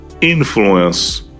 influence